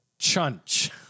Chunch